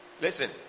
listen